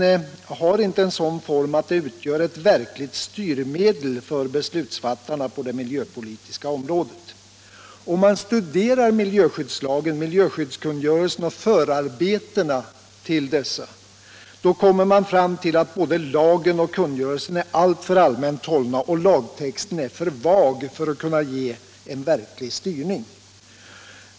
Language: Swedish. Den har inte en sådan form att den utgör ett verkligt styrmedel för beslutsfattarna på det miljöpolitiska området. Om man studerar mil Miljövårdspoliti jöskyddslagen, miljöskyddskungörelsen och förarbetena till dessa så kommer man fram till att både lagen och kungörelsen är alltför allmänt hållna och att lagtexten är för vag för att kunna ge en verklig styrning.